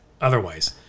otherwise